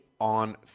on